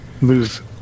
move